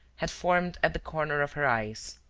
had formed at the corner of her eyes.